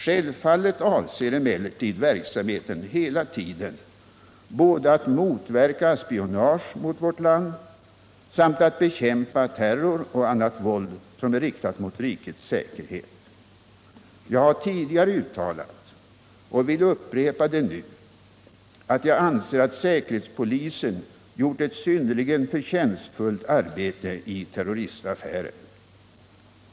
Självfallet avser emellertid verksamheten hela tiden både att motverka spionage mot vårt land och att bekämpa terror och annat våld som är riktat mot rikets säkerhet. Jag har tidigare uttalat — och jag vill upprepa det nu — att jag anser att säkerhetspolisen gjort ett synnerligen förtjänstfullt arbete i terroristaffären.